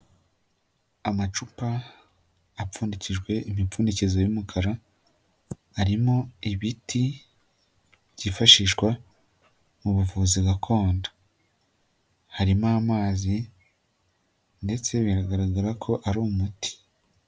Amacupa apfundikijwe imipfundikizo y'umukara harimo ibiti byifashishwa mu buvuzi gakondo, harimo amazi ndetse biragaragara ko ari umuti.